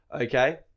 okay